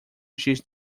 giz